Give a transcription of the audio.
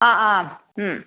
हा आम्